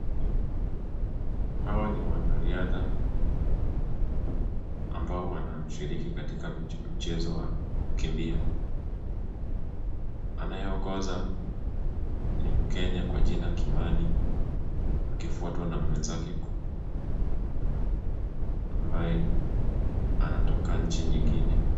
Hawa ni wanariadha ambao wanashiriki katika mchezo wa kukimbia. Anayeongoza ni mkenya kwa jina Kimani, akifuatwa na mwenzake ambaye anatoka nchi nyingine.